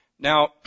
Now